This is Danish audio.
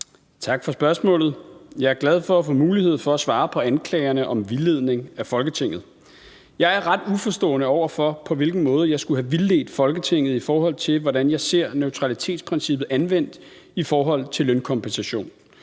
Tak for spørgsmålet. Jeg er glad for at få mulighed for at svare på anklagerne om vildledning af Folketinget. Jeg er ret uforstående over for, på hvilken måde jeg skulle have vildledt Folketinget, i forhold til hvordan jeg ser neutralitetsprincippet anvendt i forhold til lønkompensation.